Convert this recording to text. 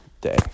day